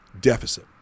deficit